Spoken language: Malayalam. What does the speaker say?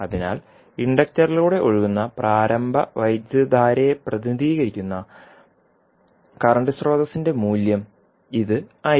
അതിനാൽ ഇൻഡക്ടറിലൂടെ ഒഴുകുന്ന പ്രാരംഭ വൈദ്യുതധാരയെ പ്രതിനിധീകരിക്കുന്ന കറന്റ് സ്രോതസ്സിന്റെ മൂല്യം ഇത് ആയിരിക്കും